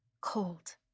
cold